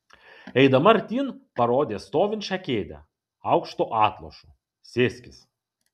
eidama artyn parodė stovinčią kėdę aukštu atlošu sėskis